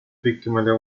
victimele